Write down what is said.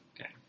Okay